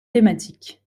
thématiques